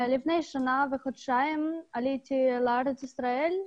לפני שנה וחודשיים עליתי לארץ ישראל.